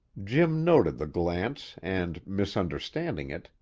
jim noted the glance and, misunderstanding it,